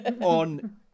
on